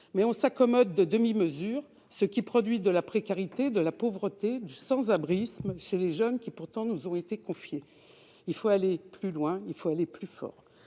nous nous accommodons de demi-mesures, qui produisent de la précarité, de la pauvreté, du « sans-abrisme » chez les jeunes qui pourtant nous ont été confiés. Il faut aller plus loin, plus fort.